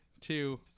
Two